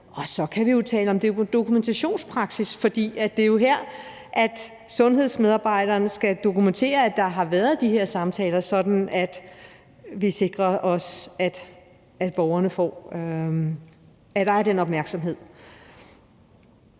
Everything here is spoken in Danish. Og så kan vi jo tale om dokumentationspraksis, for det er her sådan, at sundhedsmedarbejderne skal dokumentere, at der har været de her samtaler, sådan at vi sikrer, at der er den opmærksomhed.